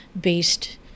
based